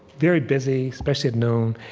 very busy, especially at noon,